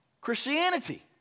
Christianity